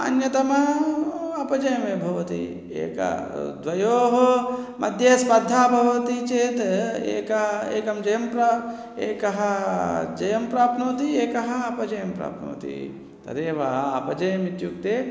अन्यतमम् अपजयमेव भवति एकः द्वयोः मध्ये स्पर्धा भवति चेत् एकः एकः जयं प्रा एकः जयं प्राप्नोति एकः अपजयं प्राप्नोति तदेव अपजयमित्युक्ते